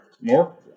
More